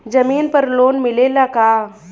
जमीन पर लोन मिलेला का?